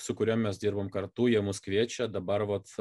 su kuria mes dirbam kartu jie mus kviečia dabar vat